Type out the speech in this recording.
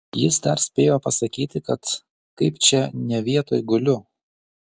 jis dar spėjo pasakyti kad kaip čia ne vietoj guliu